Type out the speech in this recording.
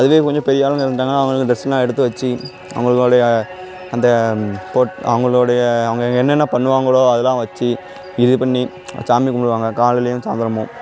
அதுவே கொஞ்சம் பெரியவ ஆளுங்க இறந்துட்டாங்கன்னா அவங்களுக்கு ட்ரெஸ் எல்லாம் எடுத்து வச்சு அவங்களுடைய அந்த பொட் அவங்களுடைய அவங்க என்னென்ன பண்ணுவாங்களோ அதெலாம் வச்சு இது பண்ணி சாமி கும்பிடுவாங்க காலையிலையும் சாய்ந்தரமும்